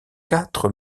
quatre